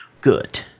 Good